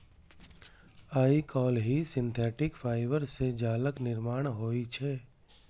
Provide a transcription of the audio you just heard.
आइकाल्हि synthetic fibre सं जालक निर्माण होइ छै